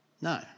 No